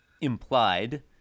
implied